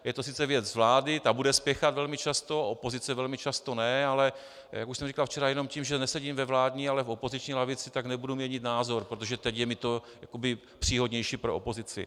Je to sice věc vlády, ta bude spěchat velmi často a opozice velmi často ne, ale jak už jsem říkal včera, jenom tím, že nesedím ve vládní, ale v opoziční lavici, nebudu měnit názor, protože teď je mi to jakoby příhodnější pro opozici.